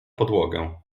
podłogę